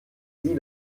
sie